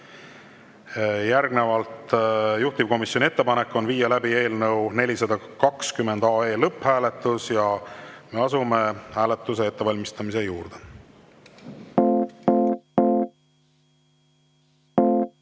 Järgnevalt, juhtivkomisjoni ettepanek on viia läbi eelnõu 420 lõpphääletus ja me asume hääletuse ettevalmistamise juurde.